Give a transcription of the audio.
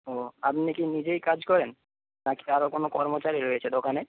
ও আপনি কি নিজেই কাজ করেন নাকি আরো কোন কর্মচারী রয়েছে দোকানে